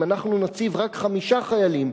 אם אנחנו נציב רק חמישה חיילים,